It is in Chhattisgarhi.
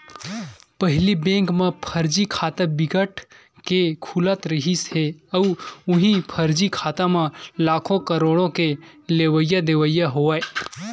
पहिली बेंक म फरजी खाता बिकट के खुलत रिहिस हे अउ उहीं फरजी खाता म लाखो, करोड़ो के लेवई देवई होवय